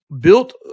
built